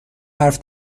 حرف